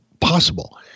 possible